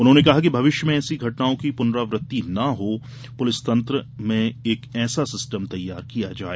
उन्होंने कहा कि भविष्य में ऐसी घटनाओं की पुनरावृत्ति न हो पुलिस तंत्र में एक ऐसा सिस्टम तैयार किया जाए